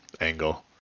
angle